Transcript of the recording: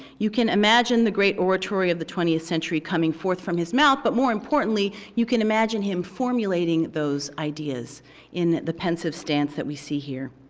you can imagine the great oratory of the twentieth century coming forth from his mouth. but more importantly, you can imagine him formulating those ideas in the pensive stance that we see here.